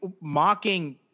mocking